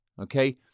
okay